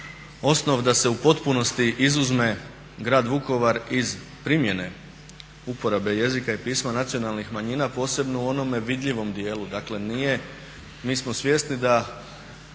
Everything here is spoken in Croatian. osnov da se u potpunosti izuzme Grad Vukovar iz primjene uporabe jezika i pisma nacionalnih manjina posebno u onome vidljivom djelu. Dakle nije, mi smo svjesni da